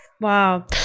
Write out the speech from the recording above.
Wow